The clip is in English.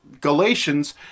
Galatians